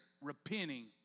repenting